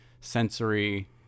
sensory